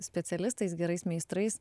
specialistais gerais meistrais